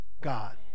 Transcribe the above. God